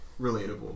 relatable